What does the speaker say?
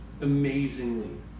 Amazingly